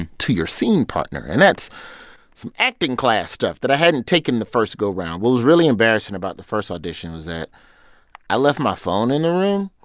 and to your scene partner, and that's some acting class stuff that i hadn't taken the first go round. what was really embarrassing about the first audition was that i left my phone in the room.